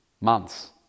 months